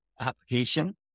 application